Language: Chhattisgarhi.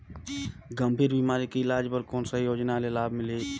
गंभीर बीमारी के इलाज बर कौन सा योजना ले लाभ मिलही?